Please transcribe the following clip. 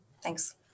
thanks